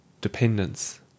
Dependence